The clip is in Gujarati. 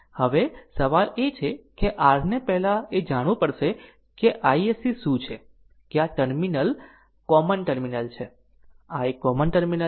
હવે સવાલ એ છે કે r ને પહેલા એ જાણવું પડશે કે iSC શું છે કે આ એક કોમન ટર્મિનલ છે આ એક કોમન ટર્મિનલ છે